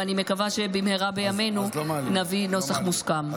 ואני מקווה שבמהרה בימינו נביא נוסח מוסכם.